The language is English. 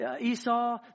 Esau